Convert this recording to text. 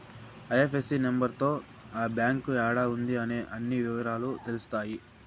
IFSC number తో ఆ bank యాడా ఉంది అనే అన్ని ఇవరాలు తెలుత్తాయి